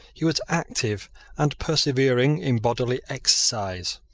he was active and persevering in bodily exercise.